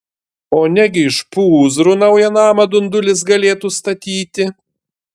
o negi iš pūzrų naują namą dundulis galėtų statyti